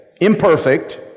imperfect